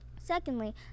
Secondly